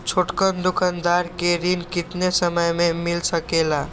छोटकन दुकानदार के ऋण कितने समय मे मिल सकेला?